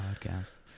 podcast